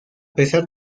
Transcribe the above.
pesar